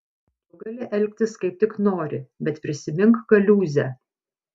tu gali elgtis kaip tik nori bet prisimink kaliūzę